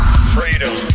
Freedom